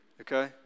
Okay